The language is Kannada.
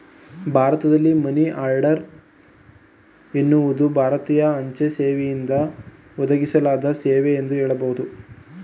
ಭಾರತದಲ್ಲಿ ಮನಿ ಆರ್ಡರ್ ಎನ್ನುವುದು ಭಾರತೀಯ ಅಂಚೆ ಸೇವೆಯಿಂದ ಒದಗಿಸಲಾದ ಸೇವೆ ಎಂದು ಹೇಳಬಹುದು